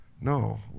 No